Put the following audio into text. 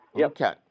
Okay